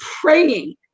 praying